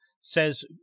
says